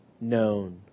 known